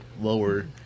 lower